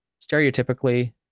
stereotypically